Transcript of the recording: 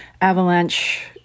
avalanche